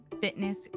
Fitness